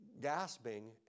gasping